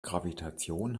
gravitation